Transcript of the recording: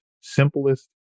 simplest